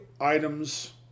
items